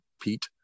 Pete